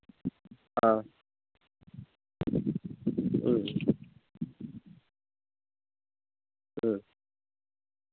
ஆ ம் ம்